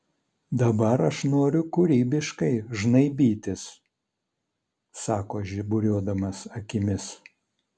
dabar aš noriu kūrybiškai žnaibytis sako žiburiuodamas akimis